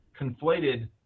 conflated